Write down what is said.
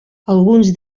alguns